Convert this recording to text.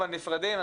אבל נפרדים.